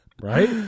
Right